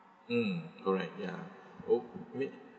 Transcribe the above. mm correct ya oh meat